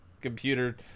computer